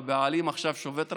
הבעלים עכשיו שובת רעב.